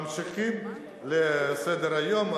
ממשיכים בסדר-היום,